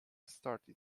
started